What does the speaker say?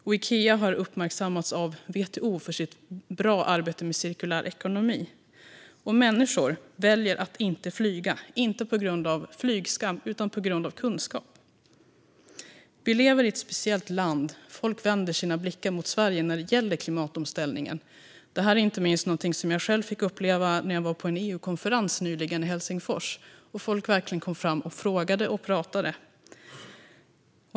Och Ikea har uppmärksammats av WTO för bra arbete med cirkulär ekonomi. Och människor väljer att inte flyga, inte på grund av flygskam utan på grund av kunskap. Vi lever i ett speciellt land. Folk vänder sina blickar mot Sverige när det gäller klimatomställningen. Detta är någonting som inte minst jag själv fick uppleva när jag var på en EU-konferens nyligen i Helsingfors. Då kom folk fram och frågade och pratade.